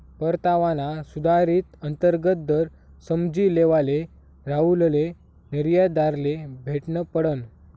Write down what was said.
परतावाना सुधारित अंतर्गत दर समझी लेवाले राहुलले निर्यातदारले भेटनं पडनं